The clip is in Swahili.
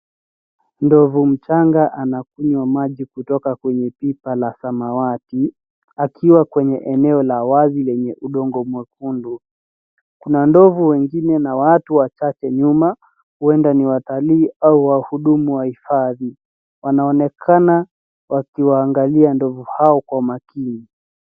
Ndovu mchanga anakunywa maji kutoka kwenye pipa la samawati akiwa kwenye eneo la wazi lenye udongo mwekundu. Kuna ndovu wengine na watu wachache nyuma, huenda ni watalii au wahudumu wa hifadhi. Wanaonekana wakiwaangalia ndovu hao kwa umakini.